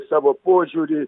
savo požiūrį